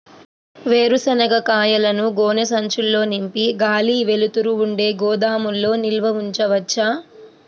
వేరుశనగ కాయలను గోనె సంచుల్లో నింపి గాలి, వెలుతురు ఉండే గోదాముల్లో నిల్వ ఉంచవచ్చా?